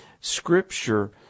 scripture